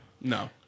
no